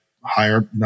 Higher